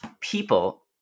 people